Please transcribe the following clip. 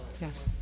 Yes